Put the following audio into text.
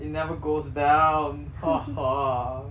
it never goes down